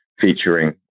featuring